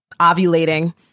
ovulating